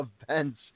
events